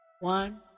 one